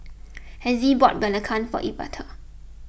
Hezzie bought Belacan for Evette